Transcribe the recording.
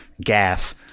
Gaff